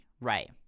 right